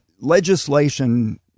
legislation